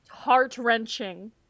heart-wrenching